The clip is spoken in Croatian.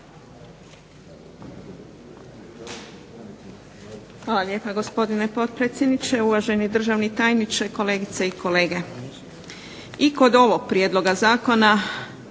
Hvala lijepo gospodine potpredsjedniče. Uvaženi državni tajniče, kolegice i kolege zastupnici. I kod ovog prijedloga zakona